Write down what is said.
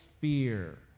fear